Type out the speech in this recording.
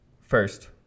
first